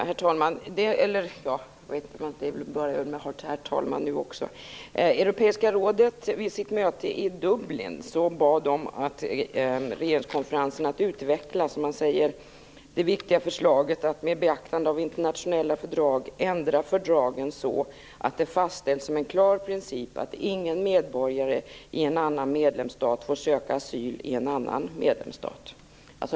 Herr talman! Vid Europeiska rådets möte i Dublin bad man regeringskonferensen att utveckla det viktiga förslaget om att, som det sägs, med beaktande av internationella fördrag ändra fördragen så, att det fastställs som en klar princip att ingen medborgare i en annan medlemsstat får söka asyl i en annan medlemsstat.